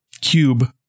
cube